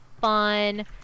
fun